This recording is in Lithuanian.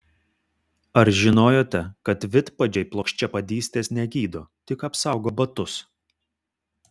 ar žinojote kad vidpadžiai plokščiapadystės negydo tik apsaugo batus